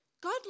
God